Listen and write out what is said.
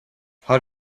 how